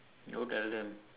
no